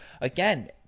again